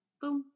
boom